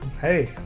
Hey